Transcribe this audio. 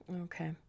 Okay